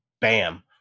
bam